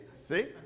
see